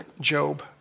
Job